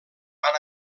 van